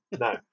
No